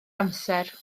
amser